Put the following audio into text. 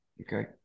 Okay